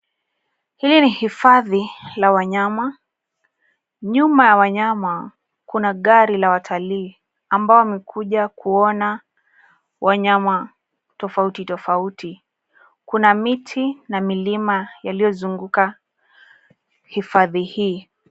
Hii ni hifadhi la wanyama. Nyuma ya wanyama kuna gari la watalii ambao wamekuja kuona wanyama tofauti tofauti. Kuna miti na milima yaliyozunguka hifadhi hii.